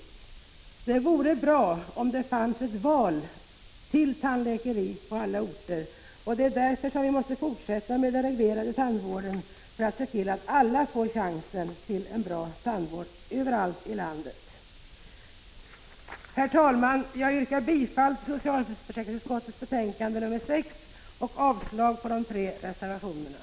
Ja, det vore bra om det funnes tandläkare på alla orter. Det är därför vi måste fortsätta med den reglerade tandvården, för att se till att alla överallt i landet får möjlighet till en bra tandvård. Herr talman! Jag yrkar bifall till socialförsäkringsutskottets hemställan i betänkandet nr 6 och avslag på de tre reservationerna.